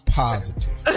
positive